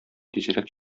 тизрәк